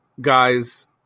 Guys